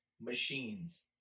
machines